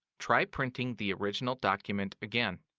try printing the original document again.